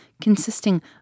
consisting